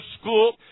school